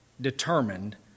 determined